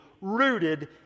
rooted